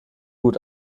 gut